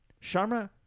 Sharma